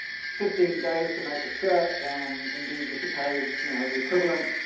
fifteen days to make a shirt, then indeed, you should pay, you know, the equivalent,